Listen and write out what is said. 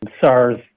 SARS